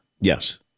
Yes